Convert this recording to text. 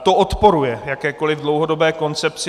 To odporuje jakékoliv dlouhodobé koncepci.